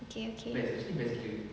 okay okay